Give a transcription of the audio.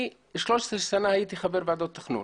אני 13 שנים הייתי חבר בוועדות תכנון